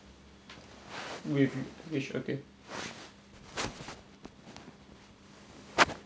whi~ which okay